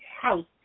house